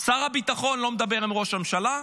שר הביטחון לא מדבר עם ראש הממשלה.